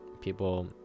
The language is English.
people